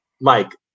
Mike